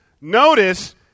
Notice